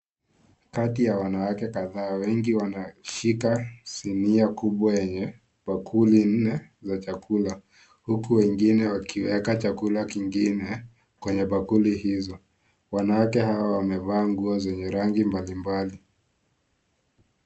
Kati ya wanawake kadhaa, wengi wanashika sinia kubwa yenye bakuli nne za chakula huku wengine wakiweka chakula kingine kwenye bakuli hizo. Wanawake hawa wamevaa nguo zenye rangi mbalimbali.